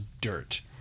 dirt